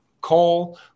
call